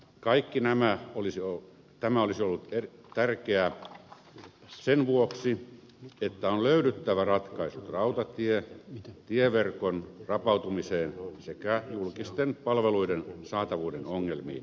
kaikki tämä olisi ollut tärkeää sen vuoksi että on löydyttävä ratkaisut rautatieverkon rapautumiseen sekä julkisten palveluiden saatavuuden ongelmiin